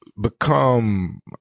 become